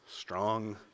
strong